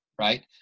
right